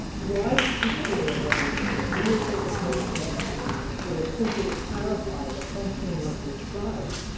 why should we care whether it's an administrative motion or simply to clarify the functioning of the trial?